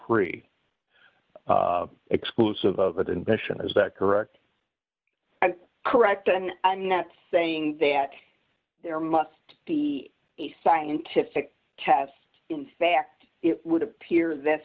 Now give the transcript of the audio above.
three exclusive of that invention is that correct correct and i'm not saying that there must be a scientific test in fact it would appear that